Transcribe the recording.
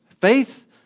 Faith